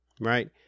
Right